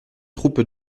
troupe